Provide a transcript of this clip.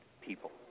people